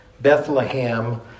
Bethlehem